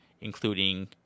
including